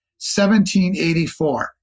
1784